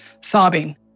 sobbing